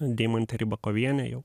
deimantė rybakovienė jau